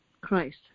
Christ